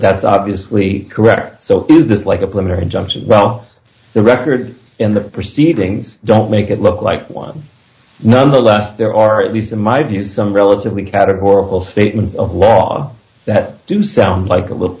that's obviously correct so is this like a plan or injunction well the record in the proceedings don't make it look like one nonetheless there are at least in my view some relatively categorical statements of law that do sound like a little